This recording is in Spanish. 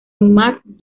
mark